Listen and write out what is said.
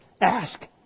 Ask